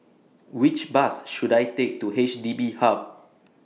Which Bus should I Take to H D B Hub